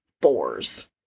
boars